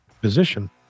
position